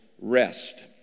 rest